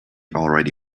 already